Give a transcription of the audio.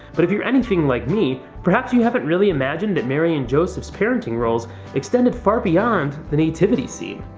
but if you're anything like me, perhaps you haven't really imagined that mary and joseph's parenting roles extended far beyond the nativity scene.